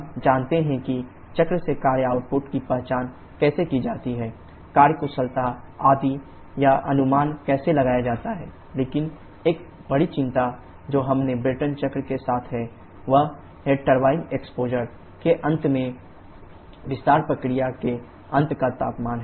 हम जानते हैं कि चक्र से कार्य आउटपुट की पहचान कैसे की जाती है कार्य कुशलता आदि का अनुमान कैसे लगाया जाता है लेकिन एक बड़ी चिंता जो हमें ब्रेटन चक्र के साथ है वह है टरबाइन एक्सपोजर के अंत में विस्तार प्रक्रिया के अंत का तापमान